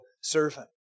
servant